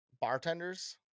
bartenders